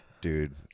Dude